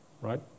right